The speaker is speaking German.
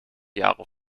jahre